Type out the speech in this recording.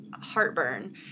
heartburn